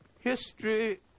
History